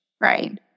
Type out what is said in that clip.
Right